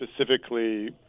Specifically